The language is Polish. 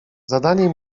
zadanie